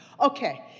Okay